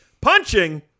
Punching